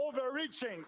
overreaching